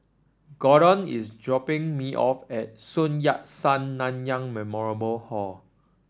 Gorden is dropping me off at Sun Yat Sen Nanyang Memorial Hall